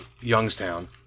Youngstown